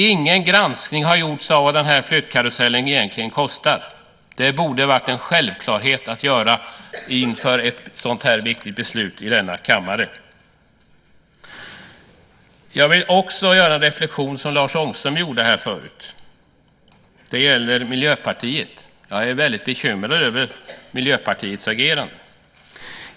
Ingen granskning har gjorts av vad den här flyttkarusellen egentligen kostar. Det borde ha varit en självklarhet att göra inför ett sådant här viktigt beslut i denna kammare. Jag vill också göra en reflexion, som Lars Ångström gjorde förut. Det gäller Miljöpartiet. Jag är väldigt bekymrad över Miljöpartiets agerande.